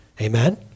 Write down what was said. Amen